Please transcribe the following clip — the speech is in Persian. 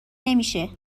نمیشه